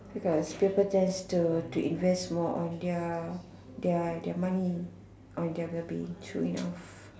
because people tends to take invest more of their money true enough